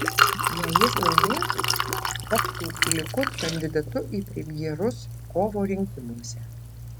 jei jis laimėtų taptų likud kandidatu į premjerus kovo rinkimuose